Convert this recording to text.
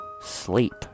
sleep